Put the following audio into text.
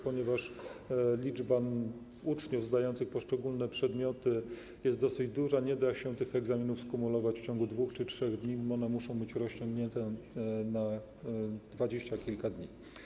Ponieważ liczba uczniów zdających poszczególne przedmioty jest dosyć duża, nie da się tych egzaminów skumulować w ciągu 2 czy 3 dni, one muszą być rozciągnięte na dwadzieścia kilka dni.